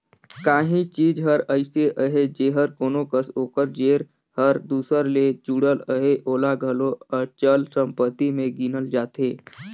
काहीं चीज हर अइसे अहे जेहर कोनो कस ओकर जेर हर दूसर ले जुड़ल अहे ओला घलो अचल संपत्ति में गिनल जाथे